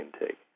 intake